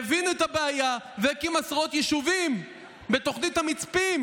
מנחם בגין הבין את הבעיה והקים עשרות יישובים בתוכנית המצפים.